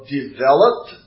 developed